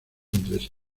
entre